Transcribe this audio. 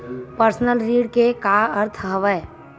Personal ऋण के का अर्थ हवय?